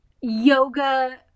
yoga